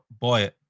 boy